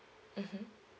mmhmm